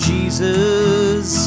Jesus